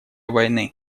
войны